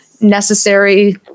necessary